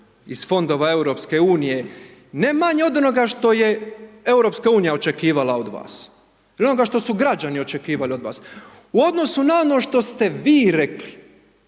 iz Fondova EU. Ne manje od onoga što je EU očekivala od vas, ne od onoga što su građani očekivali od vas, u odnosu na ono što ste vi rekli